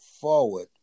forward